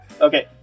okay